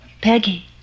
Peggy